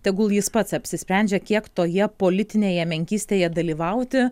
tegul jis pats apsisprendžia kiek toje politinėje menkystėje dalyvauti